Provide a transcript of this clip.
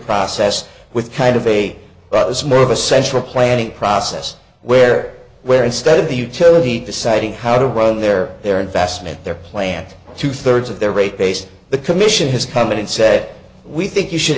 process with kind of a day that was more of a central planning process where where instead of the utility deciding how to run their their investment their plan two thirds of their rate base the commission has come in and said we think you should